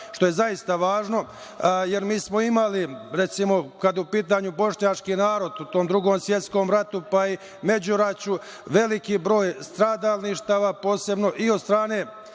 što je zaista važno, jer smo imali, recimo, kada je u pitanju bošnjački narod u Drugom svetskom ratu, pa i međuraćju veliki broj stradalništava, posebno i od strane